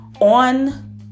on